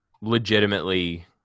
legitimately